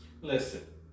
Listen